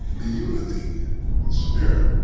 the unity spirit,